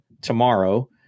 tomorrow